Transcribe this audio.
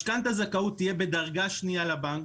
משכנתא הזכאות תהיה בדרגה שנייה לבנק.